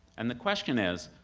and the question is,